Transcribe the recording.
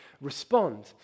respond